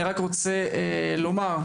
אני רק רוצה לומר,